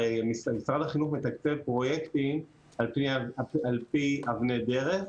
הרי משרד החינוך מתקצב פרויקטים על פי אבני דרך,